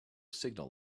signal